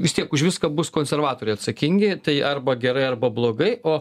vis tiek už viską bus konservatoriai atsakingi tai arba gerai arba blogai o